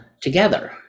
together